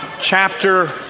chapter